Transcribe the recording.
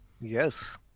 yes